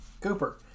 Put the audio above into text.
Cooper